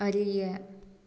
அறிய